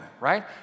right